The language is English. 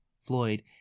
Floyd